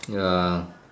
ya